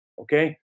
Okay